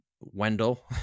Wendell